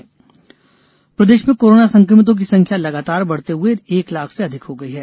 corona प्रदेश प्रदेश में कोरोना संक्रमितों की संख्या लगातार बढ़ते हुए एक लाख से अधिक हो गई है